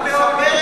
גם בעוני.